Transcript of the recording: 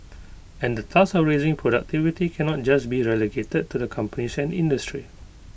and the task of raising productivity can not just be relegated to the companies and industry